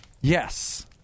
Yes